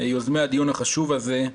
יוזמי הדיון החשוב הזה.